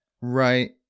Right